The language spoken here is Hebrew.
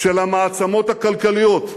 של המעצמות הכלכליות,